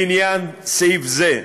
לעניין סעיף זה,